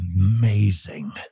amazing